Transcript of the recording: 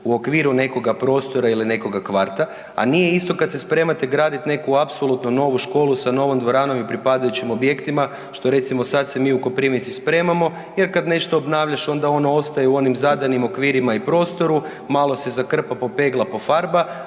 u okviru nekoga prostora ili nekoga kvarta, a nije isto kada se spremate graditi neku apsolutno novu školu sa novom dvoranom i pripadajućim objektima što recimo sad se mi u Koprivnici spremamo jer kada nešto obnavljaš onda ono ostaje u onim zadanim okvirima i prostoru, malo se zakrpa, popegla, pofarba,